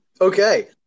Okay